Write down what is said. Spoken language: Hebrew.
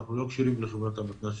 אנחנו לא קשורים לחברת המתנ"סים.